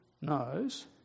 knows